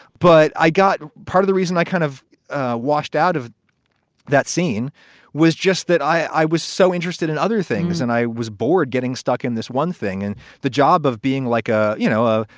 but i got part of the reason i kind of washed out of that scene was just that i was so interested in other things and i was bored getting stuck in this one thing and the job of being like, ah you know, ah